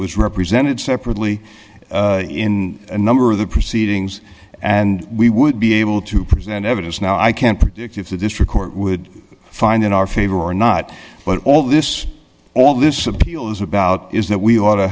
was represented separately in a number of the proceedings and we would be able to present evidence now i can't predict if the district court would find in our favor or not but all this all this appeal is about is that we ought